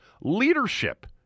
leadership